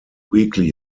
weekly